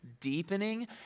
deepening